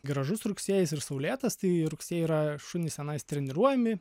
gražus rugsėjis ir saulėtas tai rugsėjį yra šunys tenais treniruojami